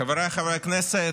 חבריי חברי הכנסת,